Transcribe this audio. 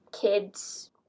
kids